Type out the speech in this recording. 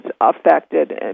affected